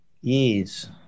Yes